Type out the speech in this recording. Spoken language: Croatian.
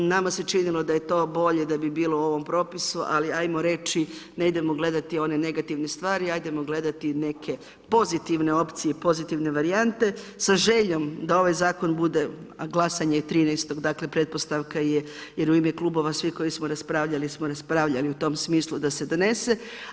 Nama se činilo da je to bolje da bi bilo u ovom propisu ali ajmo reći ne idemo gledati one negativne stvari, ajdemo gledati neke pozitivne opcije i pozitivne varijante sa željom da ovaj zakon bude, a glasanje je 13.-og, dakle pretpostavka je, jer u ime klubova svi koji smo raspravljali smo raspravljali u tom smislu da se donese.